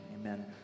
amen